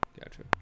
Gotcha